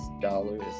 dollars